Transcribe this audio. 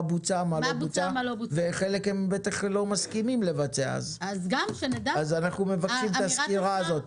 אנחנו מבקשים את הסקירה הזאת.